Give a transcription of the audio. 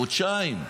חודשיים,